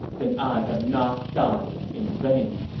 then i have not died in vain.